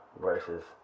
versus